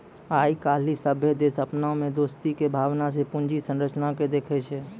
आइ काल्हि सभ्भे देश अपना मे दोस्ती के भावना से पूंजी संरचना के देखै छै